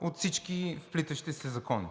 от всички вплитащи се закони.